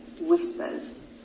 whispers